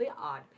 Odd